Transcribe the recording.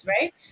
right